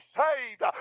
saved